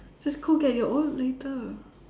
so it's cool get your own later